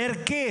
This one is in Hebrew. ערכית,